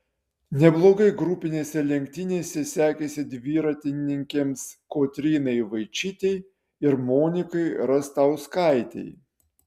neblogai grupinėse lenktynėse sekėsi dviratininkėms kotrynai vaičytei ir monikai rastauskaitei